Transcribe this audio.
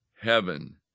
heaven